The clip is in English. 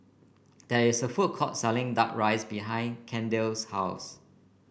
there is a food court selling duck rice behind Kendell's house